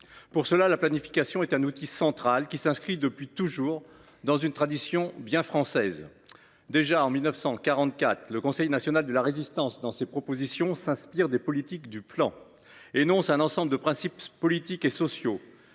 Pour cela, la planification est un outil central qui s’inscrit depuis toujours dans une tradition bien française. Déjà, en 1944, le Conseil national de la Résistance, dans ses propositions, s’inspire des politiques du plan, énonce un ensemble de principes politiques et sociaux